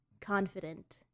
Confident